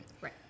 Right